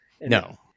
No